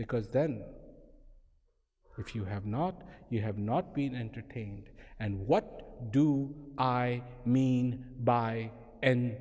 because then if you have not you have not been entertained and what do i mean by